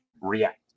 react